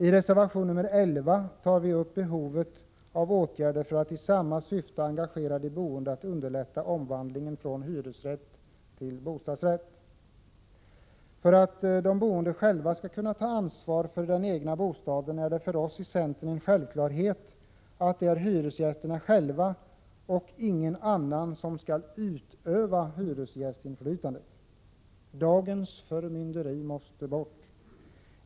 I reservation 11 tar vi upp behovet av åtgärder för att i samma syfte engagera de boende att underlätta omvandling från hyresrätt till bostadsrätt. För att de boende själva skall kunna ta ansvar för den egna bostaden är det för oss i centern en självklarhet att det är hyresgästerna själva och inga andra som skall utöva hyresgästinflytandet. Dagens förmynderi måste bort.